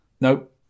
Nope